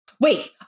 Wait